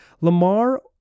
Lamar